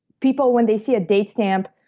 people, when they see a date stamp,